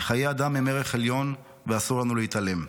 חיי אדם הם ערך עליון, ואסור לנו להתעלם.